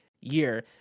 year